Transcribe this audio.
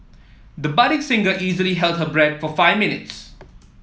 the budding singer easily held her breath for five minutes